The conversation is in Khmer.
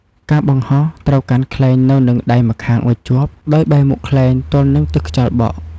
ការបង្ហោះត្រូវកាន់ខ្លែងនៅនឹងដៃម្ខាងឱ្យជាប់ ដោយបែរមុខខ្លែងទល់នឹងទិសខ្យល់បក់។